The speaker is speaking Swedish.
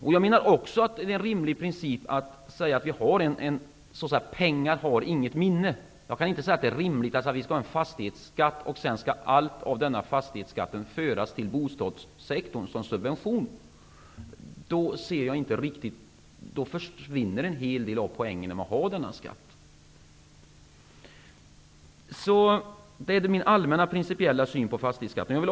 Det är också en rimlig princip att säga att pengar inte har något minne. Det är inte rimligt att vi skall ha en fastighetsskatt och sedan skall allt från denna fastighetsskatt föras till bostadssektorn som subvention. Då försvinner en hel del av poängen med att ha denna skatt. Det är min allmänna principiella syn på fastighetsskatten.